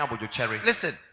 Listen